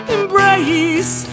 Embrace